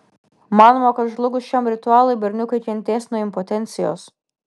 manoma kad žlugus šiam ritualui berniukai kentės nuo impotencijos